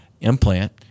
implant